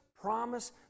promise